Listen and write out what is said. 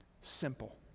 simple